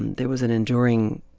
there was an enduring,